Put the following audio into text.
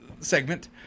Segment